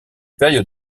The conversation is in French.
période